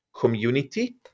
community